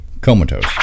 Comatose